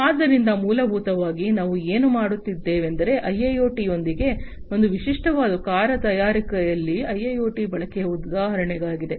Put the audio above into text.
ಆದ್ದರಿಂದ ಮೂಲಭೂತವಾಗಿ ನಾವು ಏನು ಮಾಡುತ್ತಿದ್ದೇವೆಂದರೆ ಐಐಒಟಿ ಯೊಂದಿಗೆ ಒಂದು ವಿಶಿಷ್ಟವಾದ ಕಾರು ತಯಾರಿಕೆಯಲ್ಲಿ ಐಐಒಟಿ ಬಳಕೆಯ ಉದಾಹರಣೆಯಾಗಿದೆ